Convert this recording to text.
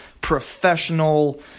professional